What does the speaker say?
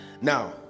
Now